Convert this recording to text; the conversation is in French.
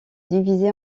divisée